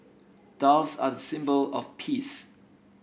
doves are the symbol of peace